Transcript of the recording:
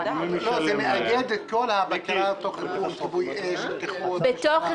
זה מאגד את כל הבקרה כמו כיבוי אש, בטיחות.